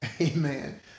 amen